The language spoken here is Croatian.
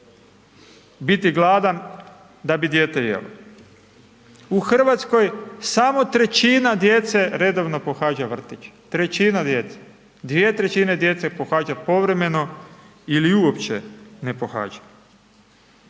biti gladan da bi dijete jelo. U Hrvatskoj, samo trećina djece redovno pohađa vrtić, trećina djece, 2/3 djece pohađa povremeno ili uopće ne pohađa.